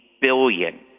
billion